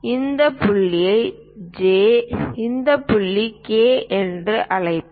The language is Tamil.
இந்த புள்ளியை ஜே இந்த புள்ளி கே என்று அழைப்போம்